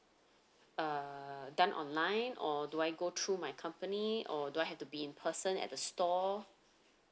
uh done online or do I go through my company or do I have to be in person at the store